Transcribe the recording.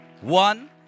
One